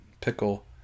pickle